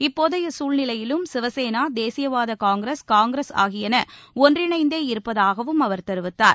இப்போதைய சூழ்நிலையிலும் சிவசேனா தேசியவாத காங்கிரஸ் காங்கிரஸ் ஆகியன ஒன்றிணைந்தே இருப்பதாகவும் அவர் தெரிவித்தார்